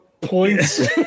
Points